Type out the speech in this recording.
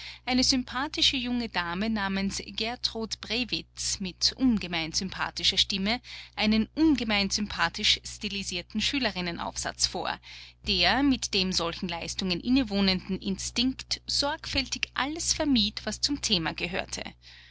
eine sympathische junge dame namens gertrud brewitz mit ungemein sympathischer stimme einen ungemein sympathisch stilisierten schülerinnenaufsatz vor der mit dem solchen leistungen innewohnenden instinkt sorgfältig alles vermied was zum thema gehörte